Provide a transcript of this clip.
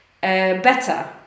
better